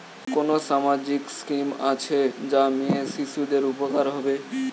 কোন সামাজিক স্কিম আছে যা মেয়ে শিশুদের উপকার করে?